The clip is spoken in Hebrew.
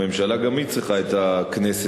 הממשלה גם היא צריכה את הכנסת,